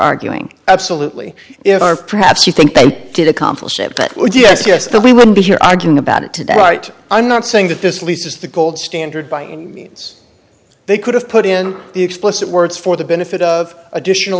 arguing absolutely if our perhaps you think they did accomplish it but would yes yes but we wouldn't be here arguing about it today right i'm not saying that this lease is the gold standard by any means they could have put in the explicit words for the benefit of additional